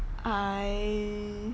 I